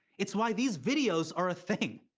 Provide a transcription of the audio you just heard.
it's why these videos are a thing.